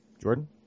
Jordan